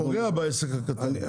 זה פוגע בעסק הקטן.